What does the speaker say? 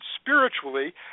spiritually